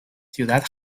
ciudad